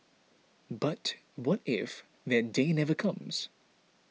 but what if that day never comes